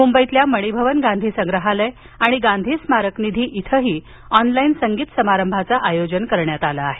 मुंबईतील मणिभवन गांधी संग्रहालय आणि गांधी स्मारक निधि इथंही ऑन लाइन संगीत समारंभाचं आयोजन करण्यात आलं आहे